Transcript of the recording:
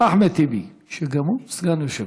אחמד טיבי, שגם הוא סגן יושב-ראש.